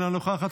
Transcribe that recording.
אינה נוכחת,